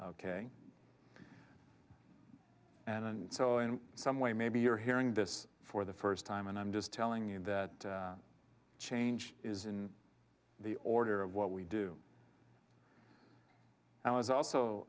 ok and so in some way maybe you're hearing this for the first time and i'm just telling you that change is in the order of what we do and i was also